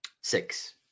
Six